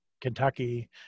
Kentucky